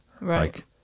right